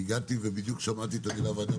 הגעתי ובדיוק שמעתי את המילה ועדת